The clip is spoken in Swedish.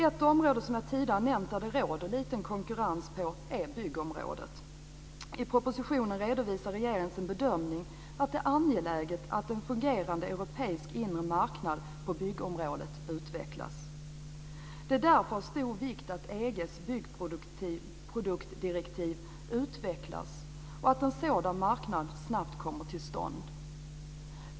Ett område som jag tidigare har nämnt där det råder liten konkurrens är byggområdet. I propositionen redovisar regeringen sin bedömning att det är angeläget att en fungerande europeisk inre marknad på byggområdet utvecklas. Det är därför av stor vikt att EG:s byggproduktdirektiv utvecklas och att en sådan marknad snabbt kommer till stånd.